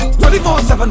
24/7